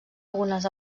algunes